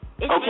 Okay